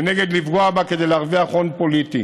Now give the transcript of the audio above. ונגד לפגוע בה כדי להרוויח הון פוליטי.